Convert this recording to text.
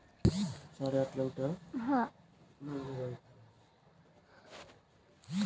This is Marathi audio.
एन.बी.एफ.सी स्वीकारु शकत असलेल्या ठेवीची मुदत व व्याजदर काय आहे?